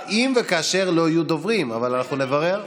הכנסת קארין אלהרר,